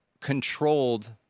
controlled